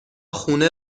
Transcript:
خونه